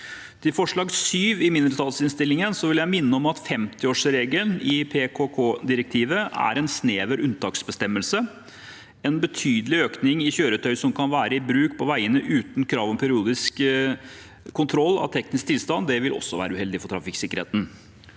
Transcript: nr. 7 i innstillingen, vil jeg minne om at 50-årsregelen i PKK-direktivet er en snever unntaksbestemmelse. En betydelig økning i kjøretøy som kan være i bruk på veiene uten krav om periodisk kontroll av teknisk tilstand, vil også være uheldig for trafikksikkerheten.